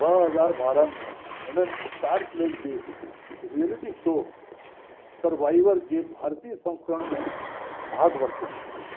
ॿ हज़ार ॿारहं में हुननि स्टार प्लस जे रियलिटी शो सर्वाइवर जे भारतीय संस्करण में भागु वरितो